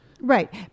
Right